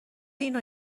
اینو